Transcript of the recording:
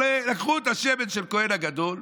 לקחו את השמן של הכוהן הגדול,